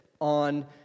on